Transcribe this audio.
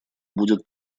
будет